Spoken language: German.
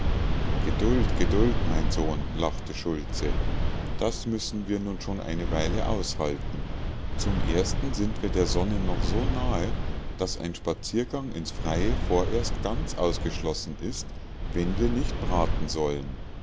geduld geduld mein sohn lachte schultze das müssen wir nun schon eine weile aushalten zum ersten sind wir der sonne noch so nahe daß ein spaziergang ins freie vorerst ganz ausgeschlossen ist wenn wir nicht braten sollen